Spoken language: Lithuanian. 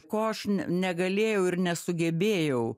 ko aš negalėjau ir nesugebėjau